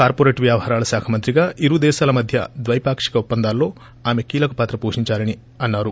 corporate వ్యవహారాల శాఖ మంత్రిగా ఇరు దేశాల మధ్య ద్వైపాకిక ఒప్పందాల్లో ఆమె కీలకమైన పాత్ర వోషించారని అని అన్నారు